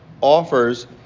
offers